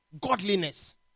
godliness